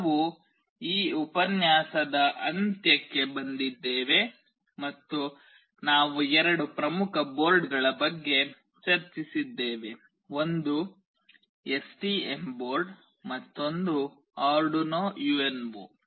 ನಾವು ಈ ಉಪನ್ಯಾಸದ ಅಂತ್ಯಕ್ಕೆ ಬಂದಿದ್ದೇವೆ ಮತ್ತು ನಾವು ಎರಡು ಪ್ರಮುಖ ಬೋರ್ಡ್ಗಳ ಬಗ್ಗೆ ಚರ್ಚಿಸಿದ್ದೇವೆ ಒಂದು ಎಸ್ಟಿಎಂ ಬೋರ್ಡ್ ಮತ್ತೊಂದು ಆರ್ಡುನೊ ಯುಎನ್ಒ